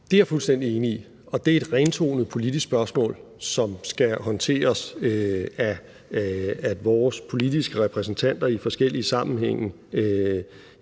Det er jeg fuldstændig enig i, og det er et rentonet politisk spørgsmål, som skal håndteres af vores politiske repræsentanter i forskellige sammenhænge